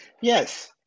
Yes